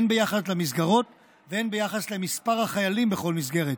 הן ביחס למסגרות והן ביחס למספר החיילים בכל מסגרת